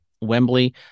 Wembley